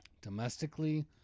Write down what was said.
Domestically